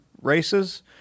races